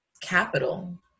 capital